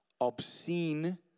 Obscene